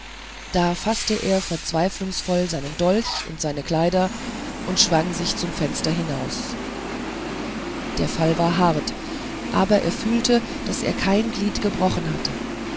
da faßte er verzweiflungsvoll seinen dolch und seine kleider und schwang sich zum fenster hinaus der fall war hart aber er fühlte daß er kein glied gebrochen hatte